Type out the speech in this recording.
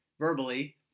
verbally